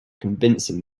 convincing